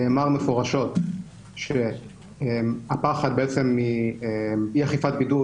נאמר מפורשות שהפחד בעצם מאי אכיפת בידוד